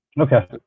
Okay